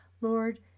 Lord